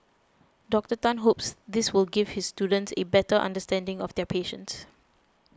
Doctor Tan hopes this will give his students a better understanding of their patients